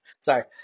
Sorry